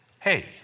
hey